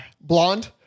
Blonde